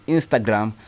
Instagram